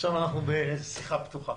עכשיו אנחנו בשיחה פתוחה.